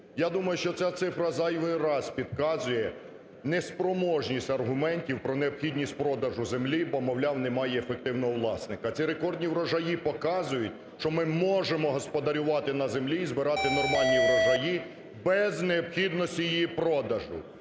Я думаю, що ця цифра зайвий раз підказує неспроможність аргументів про необхідність продажу землі, бо, мовляв, немає ефективного власника. Ці рекордні врожаї показують, що ми можемо господарювати на землі і збирати нормальні врожаї без необхідності її продажу.